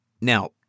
Now